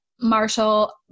Marshall